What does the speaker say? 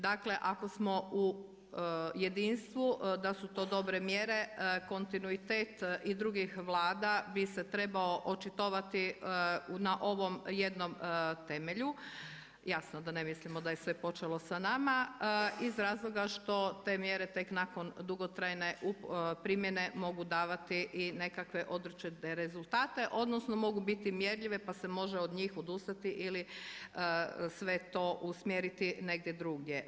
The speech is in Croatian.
Dakle ako smo u jedinstvu da su to dobre mjere, kontinuitet i drugih vlada bi se trebao očitovati na ovom jednom temelju, jasno da ne mislimo da je sve počelo sa nama iz razloga što te mjere tek nakon dugotrajne primjene mogu davati i nekakve određene rezultate odnosno mogu biti mjerljive pa se može od njih odustati ili sve to usmjeriti negdje drugdje.